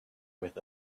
with